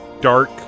dark